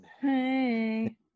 Hey